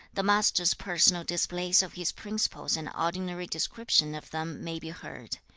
the master's personal displays of his principles and ordinary descriptions of them may be heard.